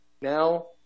Now